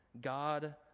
God